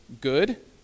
good